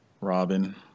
robin